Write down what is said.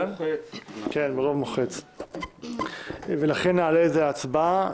כן, נעלה את זה להצבעה.